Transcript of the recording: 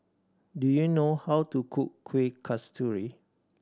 do you know how to cook Kueh Kasturi